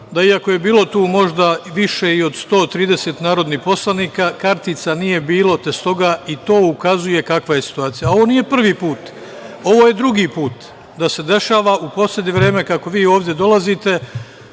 da iako je bilo tu možda više i od 130 narodnih poslanika, kartica nije bilo, te stoga i to ukazuje kakva je situacija. Ovo nije prvi put. Ovo je drugi put da se dešava u poslednje vreme, kako vi ovde dolazite,